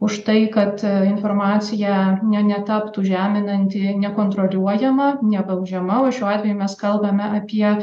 už tai kad informacija ne netaptų žeminanti nekontroliuojama nebaudžiama o šiuo atveju mes kalbame apie